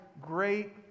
great